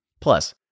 Plus